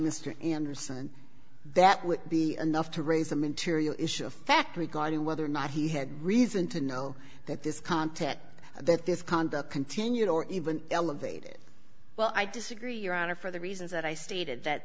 mr anderson that would be enough to raise some interior issue of fact regarding whether or not he had reason to know that this content and that this conduct continued or even elevated well i disagree your honor for the reasons that i stated that